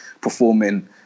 performing